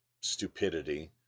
stupidity